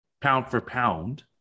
pound-for-pound